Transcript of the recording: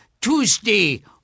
Tuesday